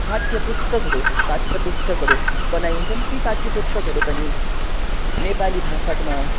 पाठ्य पुस्तकहरू पाठ्य पुस्तकहरू बनाइन्छन् ती पाठ्य पुस्तकहरू पनि नेपाली भाषामा